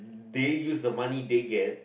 they use the money they get